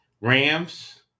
Rams